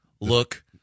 look